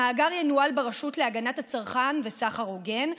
המאגר ינוהל ברשות להגנת הצרכן וסחר הוגן,